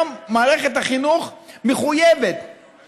היום מערכת החינוך מחויבת,